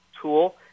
tool